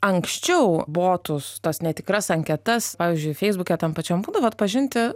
anksčiau botus tos netikras anketas pavyzdžiui feisbuke tam pačiam būdavo atpažinti